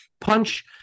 punch